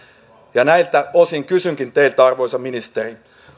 näiltä osin kysynkin teiltä arvoisa ministeri